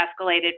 escalated